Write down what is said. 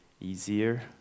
easier